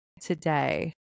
today